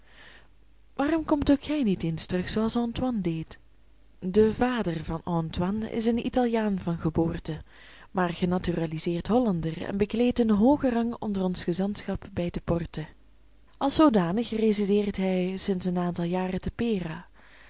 waarom komt ook gij niet eens terug zooals antoine deed de vader van antoine is een italiaan van geboorte maar genaturaliseerd hollander en bekleedt een hoogen rang onder ons gezantschap bij de porte als zoodanig resideert hij sinds een aantal jaren te pera